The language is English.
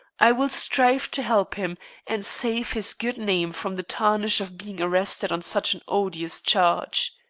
i will strive to help him and save his good name from the tarnish of being arrested on such an odious charge.